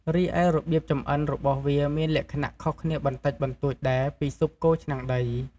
រីឯរបៀបចម្អិនរបស់វាមានលក្ខណៈខុសគ្នាបន្តិចបន្តួចដែរពីស៊ុបគោឆ្នាំងដី។